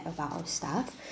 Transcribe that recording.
about our staff